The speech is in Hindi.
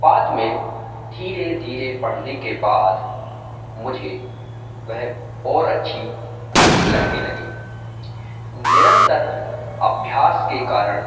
बाद में धीरे धीरे पढ़ने के बाद मुझे वह और अच्छी लगने लगी निरंतर अभ्यास के कारण